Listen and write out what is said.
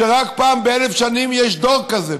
שרק פעם באלף שנים יש דור כזה.